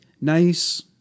nice